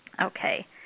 Okay